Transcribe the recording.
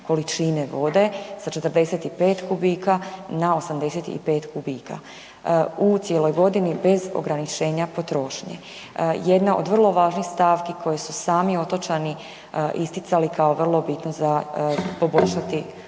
količine vode sa 45 kubika na 85 kubika u cijeloj godini bez ograničenja potrošnje. Jedna od vrlo važnih stavki koje su sami otočani isticali kao vrlo bitno za poboljšati u odnosu